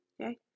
okay